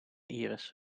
iris